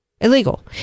Illegal